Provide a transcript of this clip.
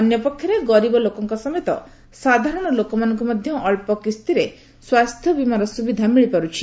ଅନ୍ୟପକ୍ଷରେ ଗରିବ ଲୋକଙ୍କ ସମେତ ସାଧାରଣ ଲୋକମାନଙ୍କୁ ମଧ୍ୟ ଅକ୍ଷ କିସ୍ତିରେ ସ୍ୱାସ୍ଥ୍ୟବୀମାର ସୁବିଧା ମିଳିପାରିଛି